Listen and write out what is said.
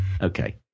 Okay